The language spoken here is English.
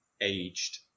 aged